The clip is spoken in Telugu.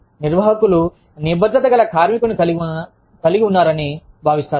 నిర్వాహకులు నిబద్ధత గల కార్మికుడిని కలిగి ఉన్నారని వారు భావిస్తారు